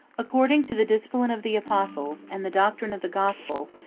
according to the discipline of the apostles, and the doctrine of the gospel,